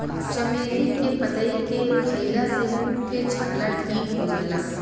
चमेली के पतइ के खईला से मुंह के छाला ठीक हो जाला